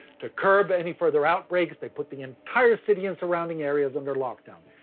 to curb any further outbreaks they put the entire city and surrounding areas under lockdown,